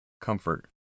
comfort